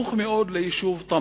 בסמוך מאוד ליישוב תמרה.